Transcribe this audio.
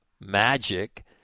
magic